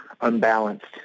unbalanced